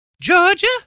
Georgia